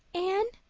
anne,